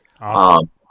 Awesome